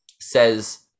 says